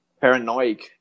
paranoid